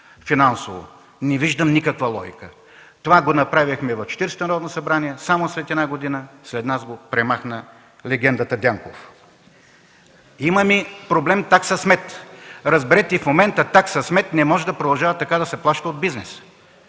Не виждам никаква логика! Направихме това в Четиридесетото Народно събрание, а само една година след нас го премахна легендата Дянков. Имаме проблем и с такса смет. Разберете, в момента такса смет не може да продължава така да се плаща от бизнеса!